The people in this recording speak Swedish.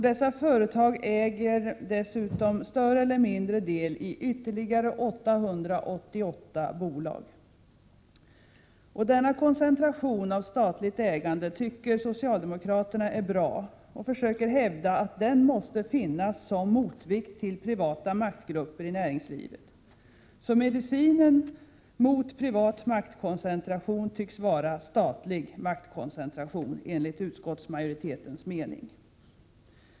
Dessa företag äger dessutom större eller mindre del i ytterligare 888 bolag. Denna koncentration av statligt ägande tycker socialdemokraterna är bra. De försöker hävda att den måste finnas som motvikt till privata maktgrupper i näringslivet. Medicinen mot privat maktkoncentration tycks vara statlig maktkoncentration, enligt utskottsmajoritetens mening.